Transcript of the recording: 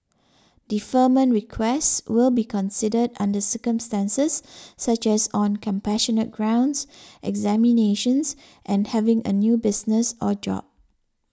deferment requests will be considered under circumstances such as on compassionate grounds examinations and having a new business or job